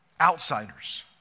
Outsiders